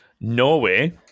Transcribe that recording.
Norway